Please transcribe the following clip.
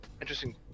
interesting